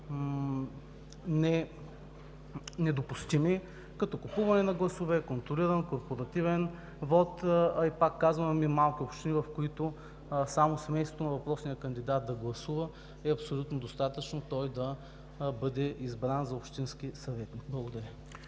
недопустими, като купуване на гласове, контролиран корпоративен вот. Пак казвам, има и малки общини, в които само семейството на въпросния кандидат да гласува, е абсолютно достатъчно той да бъде избран за общински съветник. Благодаря.